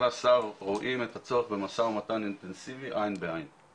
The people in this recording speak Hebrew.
והשר רואים את הצורך במשא ומתן אינטנסיבי עין בעין.